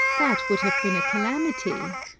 that would have been a calamity.